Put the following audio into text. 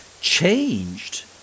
changed